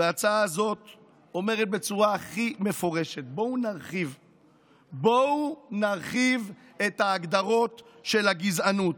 ההצעה הזו אומרת בצורה הכי מפורשת: בואו נרחיב את ההגדרות של הגזענות.